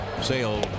sale